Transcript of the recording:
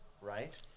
right